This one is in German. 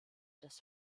das